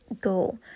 go